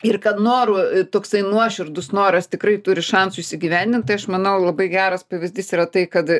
ir kad norų toksai nuoširdus noras tikrai turi šansų įsigyvendint tai aš manau labai geras pavyzdys yra tai kad